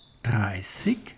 Dreißig